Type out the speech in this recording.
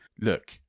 Look